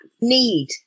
need